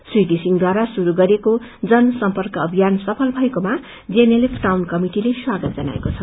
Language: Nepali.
श्री षिसिङद्वारा शुरू गरिएको जन सर्म्यक अभियान सफल भएकोमा जीएनएलएफ टाउन कमिटिले स्वागत जनाएको छ